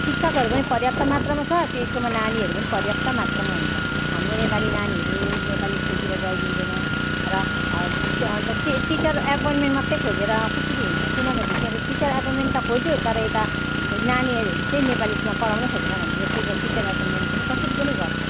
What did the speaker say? शिक्षकहरू पनि पर्याप्त मात्रामा छ त्यो स्कुलमा नानीहरू पनि पर्याप्त मात्रामा हुन्छ हाम्रो नेपाली नानीहरू नेपाली स्कुलतिर जाइदिँदैन र अन्त ती टिचर एपोइन्टमेन्ट मात्रै खोजेर कसरी हुन्छ किनभनेदेखि अब टिचर एपोइन्टमेन्ट त खोज्यो तर यता नानीहरू चाहिँ नेपाली स्कुलमा पढाउनै खोजेन भनेदेखि टिपर टिचर एपोइन्टमेन्ट पनि कसरी पनि गर्छ